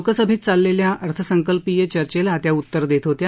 लोकसभेत चाललेल्या अर्थसंकल्पीय चर्चेला त्या उत्तर देत होत्या